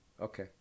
Okay